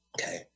Okay